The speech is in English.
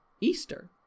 Easter